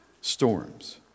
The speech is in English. storms